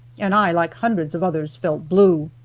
and i, like hundreds of others, felt blue.